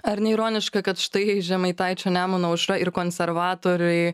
ar ne ironiška kad štai žemaitaičio nemuno aušra ir konservatoriai